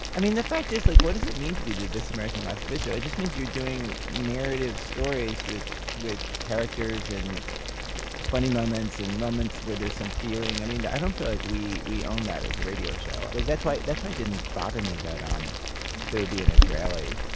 i mean the fact is, like what does it mean to be the this american life of israel? it just means you're doing narrative stories with with characters and funny moments, and moments where there's some feeling, i mean i don't, like we we own that as a radio show. like, that's why that's why it didn't bother me that um there would be an israeli